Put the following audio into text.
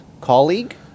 colleague